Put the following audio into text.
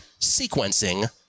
sequencing